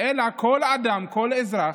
אלא כל אדם, כל אזרח,